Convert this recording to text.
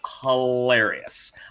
hilarious